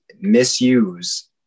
misuse